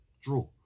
draw